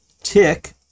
Tick